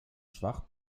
schwach